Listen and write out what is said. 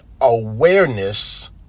awareness